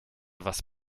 was